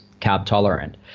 carb-tolerant